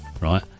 right